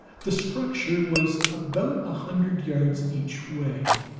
the structure was about a hundred yards each way.